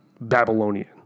Babylonian